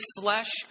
flesh